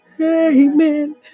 amen